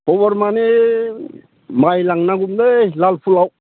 खबर माने माइ लांनांगौमोनलै लालफुराव